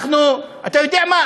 אתה יודע מה?